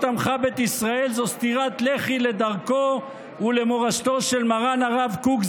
עמך בית ישראל זה סטירת לחי לדרכו ולמורשתו של מרן הרב קוק,